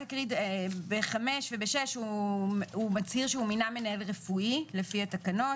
ב-5 ו-6 הוא מצהיר שהוא מינה מנהל רפואי לפי התקנות,